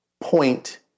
point